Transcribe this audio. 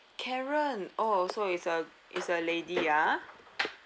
karen oh so is a is a lady ah